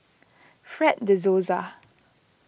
Fred De Souza